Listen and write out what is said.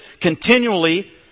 continually